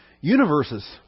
universes